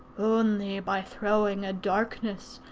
only by throwing a darkness,